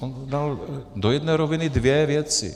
On dal do jedné roviny dvě věci.